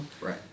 Right